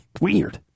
Weird